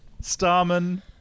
Starman